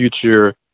future